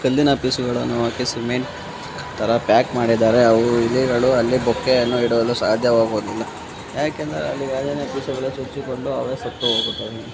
ಕಲ್ಲಿನ ಪೀಸುಗಳನ್ನು ಹಾಕಿ ಸಿಮೆಂಟ್ ಥರ ಪ್ಯಾಕ್ ಮಾಡಿದರೆ ಅವು ಇಲಿಗಳು ಅಲ್ಲಿ ಬೊಕ್ಕೆಯನ್ನು ಇಡಲು ಸಾಧ್ಯವಾಗುದಿಲ್ಲ ಯಾಕಂದರೆ ಅಲ್ಲಿ ಗಾಜಿನ ಪೀಸುಗಳು ಚುಚ್ಚಿಕೊಂಡು ಅವೇ ಸತ್ತು ಹೋಗುತ್ತವೆ